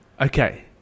Okay